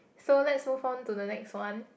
so let's move on to the next one